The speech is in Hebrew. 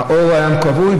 האור היה כבוי,